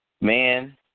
Man